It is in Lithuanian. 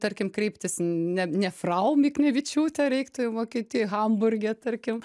tarkim kreiptis ne ne frau miknevičiūte reiktų jau vokietij hamburge tarkim